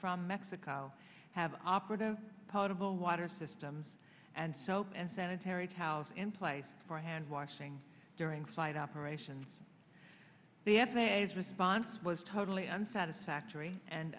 from mexico have operative potable water systems and soap and sanitary towels in place for hand washing during flight operations the f a a is response was totally unsatisfactory and